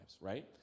right